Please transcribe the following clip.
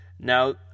Now